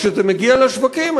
כשזה מגיע לשווקים,